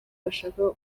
bashaka